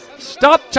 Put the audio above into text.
Stop